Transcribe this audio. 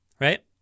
Right